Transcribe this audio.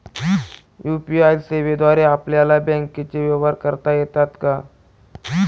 UPI सेवेद्वारे आपल्याला बँकचे व्यवहार करता येतात का?